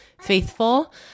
faithful